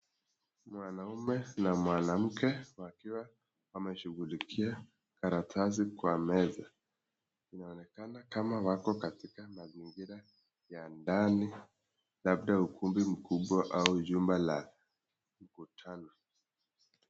Mwanaume na mwanamke wakiwa wameshughulikia karatasi kwa meza. Inaonekana kama wako katika mazingira ya ndani labda ukumbi mkubwa au jumba la mkutano.